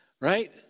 Right